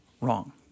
wrong